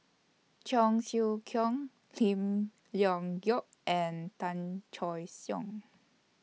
Cheong Siew Keong Lim Leong Geok and Tan Choy Siong